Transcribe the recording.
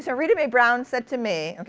so rita mae brown said to me,